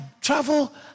travel